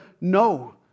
no